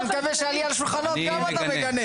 אני מקווה שעלייה על שולחנות גם אתה מגנה.